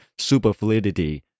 superfluidity